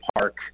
park